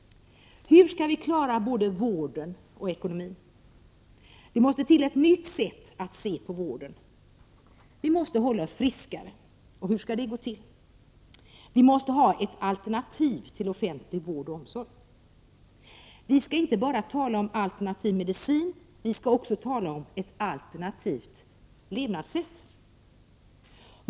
Hur skall vi klara både vården och ekonomin? Det måste till ett nytt sätt att se på vården. Vi måste hålla oss friskare, men hur skall det gå till? Vi måste ha ett alternativ till offentlig vård och omsorg. Vi skall inte tala bara om alternativ medicin. Vi skall också tala om ett alternativt levnadssätt.